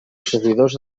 servidors